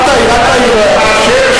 אל תעיר לו הערות.